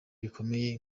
bikomeye